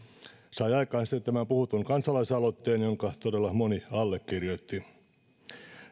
sai sitten aikaan tämän puhutun kansalaisaloitteen jonka todella moni allekirjoitti